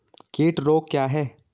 कीट रोग क्या है?